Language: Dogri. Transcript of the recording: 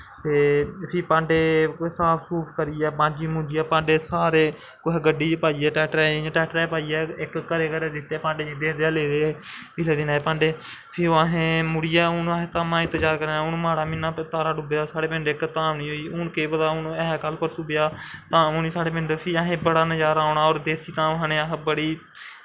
ते फ्ही भांडे साफ सूफ करिया मांजी मूजियां सारे कुसै गड्डी च पाइयै ट्रैक्टरै च पाइयै घरैं घरैं दित्ते भांडे जिं'दे ले दे हे पिछलै दिनें दे भांडे फ्ही अस मुड़ियै धामा दा इंतजार करा ने माड़ा म्हीना तारा डुब्बे दा साढ़ै पिंड इक धाम नेईं होई हून केह् पता हून है कल परसो ब्याह् धाम होनी साढ़े पिंड होर देस्सी धाम खाने गी असें बड़ी